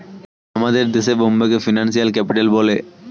আমাদের দেশে বোম্বেকে ফিনান্সিয়াল ক্যাপিটাল বলে